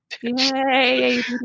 yay